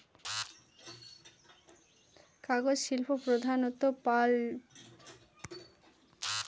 কাগজ শিল্প প্রধানত পাল্প আন্ড পেপার ইন্ডাস্ট্রি থেকে আসে